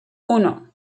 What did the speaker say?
uno